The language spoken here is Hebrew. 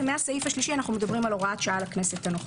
מהסעיף השלישי מדברים על הוראת שעה לכנסת הנוכחית.